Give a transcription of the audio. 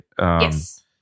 Yes